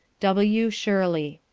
w. shirley.